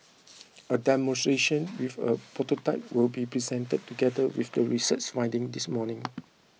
a demonstration with a prototype will be presented together with the research findings this morning